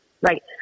Right